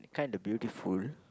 kinda beautiful